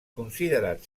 considerat